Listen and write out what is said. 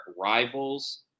Rivals